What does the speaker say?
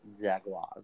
Jaguars